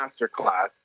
masterclass